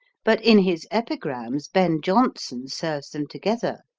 but in his epigrams ben jonson serves them together.